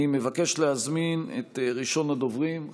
אני מבקש להזמין את ראשון הדוברים,